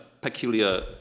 peculiar